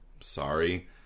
Sorry